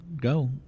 Go